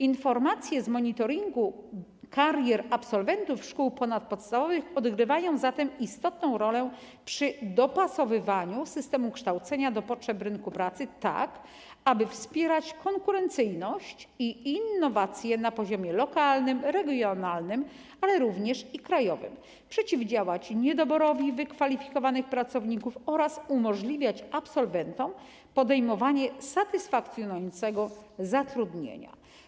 Informacje z monitoringu karier absolwentów szkół ponadpodstawowych odgrywają zatem istotną rolę przy dopasowywaniu systemu kształcenia do potrzeb rynku pracy, tak aby wspierać konkurencyjność i innowacje na poziomie lokalnym, regionalnym, ale również krajowym, przeciwdziałać niedoborowi wykwalifikowanych pracowników oraz umożliwiać absolwentom podejmowanie satysfakcjonującego zatrudnienia.